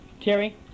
Terry